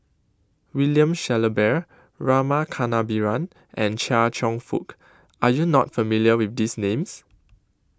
William Shellabear Rama Kannabiran and Chia Cheong Fook Are YOU not familiar with These Names